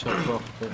הישיבה ננעלה בשעה